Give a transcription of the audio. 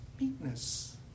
meekness